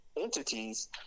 Entities